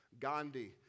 Gandhi